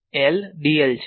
dl છે